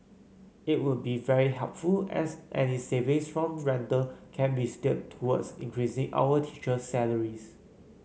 it would be very helpful as any savings from rental can be steered towards increasing our teacher's salaries